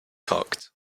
cocked